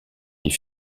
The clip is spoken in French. des